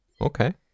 Okay